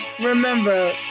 remember